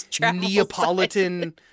Neapolitan